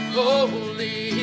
holy